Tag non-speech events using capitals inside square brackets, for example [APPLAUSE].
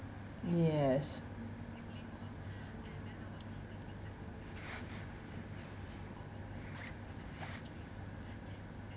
yes [BREATH]